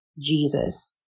Jesus